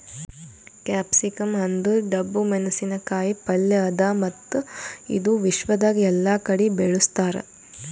capsicum ಅಂದುರ್ ಡಬ್ಬು ಮೆಣಸಿನ ಕಾಯಿ ಪಲ್ಯ ಅದಾ ಮತ್ತ ಇದು ವಿಶ್ವದಾಗ್ ಎಲ್ಲಾ ಕಡಿ ಬೆಳುಸ್ತಾರ್